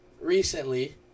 recently